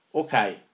okay